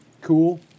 cool